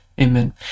Amen